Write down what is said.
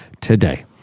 today